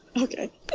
Okay